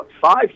Five